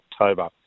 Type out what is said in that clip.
October